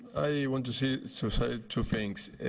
i want to say so say two things.